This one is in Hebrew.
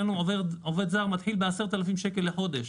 בעוד שאצלנו עובר זר מתחיל ב-10,000 שקלים לחודש.